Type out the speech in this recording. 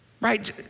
Right